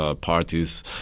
parties